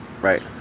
Right